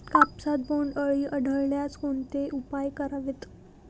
कापसात बोंडअळी आढळल्यास कोणते उपाय करावेत?